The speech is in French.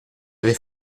avait